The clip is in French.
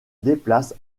déplace